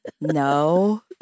no